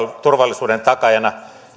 turvallisuuden takaajina